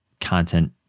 content